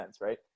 right